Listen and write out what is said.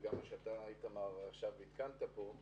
וגם מה שעדכנת פה עכשיו,